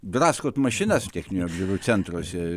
draskot mašinas techninių apžiūrų centruose